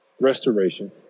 restoration